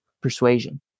persuasion